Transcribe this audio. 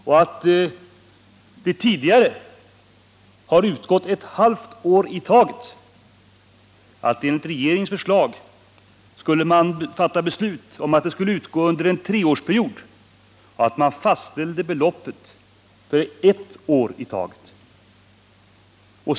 Tidigare har stödet utgått för ett halvt år i taget. Enligt regeringens förslag bör riksdagen fatta ett beslut om att det stödet skall utgå under en treårsperiod och beloppet fastställas för ett år i taget.